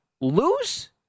Lose